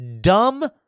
dumb